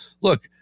look